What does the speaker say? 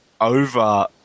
over